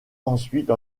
ensuite